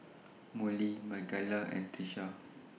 Mollie Makaila and Trisha